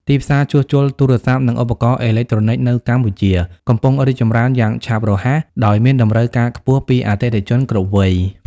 ទីផ្សារជួសជុលទូរស័ព្ទ និងឧបករណ៍អេឡិចត្រូនិចនៅកម្ពុជា កំពុងរីកចម្រើនយ៉ាងឆាប់រហ័ស ដោយមានតម្រូវការខ្ពស់ពីអតិថិជនគ្រប់វ័យ។